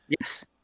Yes